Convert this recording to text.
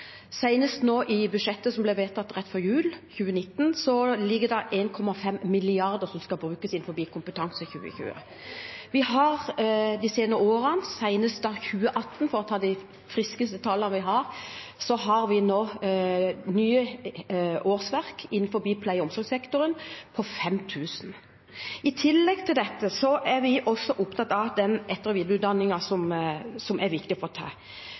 i budsjettet som ble vedtatt for 2019 rett før jul, ligger det 1,5 mrd. kr som skal brukes innenfor Kompetanseløft 2020. Vi har de senere årene – senest i 2018, for å ta de friskeste tallene vi har – 5 000 nye årsverk innenfor pleie- og omsorgssektoren. I tillegg til dette er vi også opptatt av etter- og videreutdanning, som det er viktig å få til.